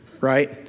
right